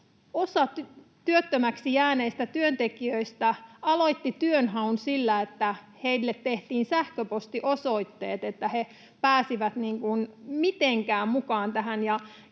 Osa työttömäksi jääneistä työntekijöistä aloitti työnhaun sillä, että heille tehtiin sähköpostiosoitteet, että he pääsivät edes jotenkin mukaan tähän.